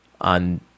on